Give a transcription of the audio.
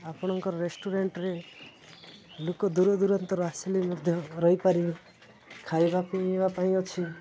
ଆପଣଙ୍କ ରେଷ୍ଟୁରାଣ୍ଟରେ ଲୋକ ଦୂର ଦୂରାନ୍ତରୁ ଆସିଲେ ମଧ୍ୟ ରହିପାରିବେ ଖାଇବା ପିଇବା ପାଇଁ ଅଛି